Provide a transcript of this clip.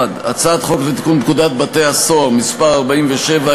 הצעת חוק לתיקון פקודת בתי-הסוהר (מס' 47),